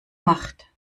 macht